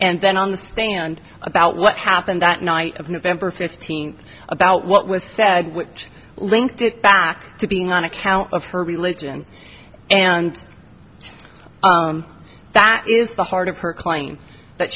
and then on the stand about what happened that night of november fifteenth about what was said which linked it back to being on account of her religion and that is the heart of her claim that